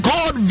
God